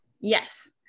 yes